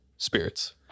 Spirits